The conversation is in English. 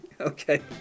Okay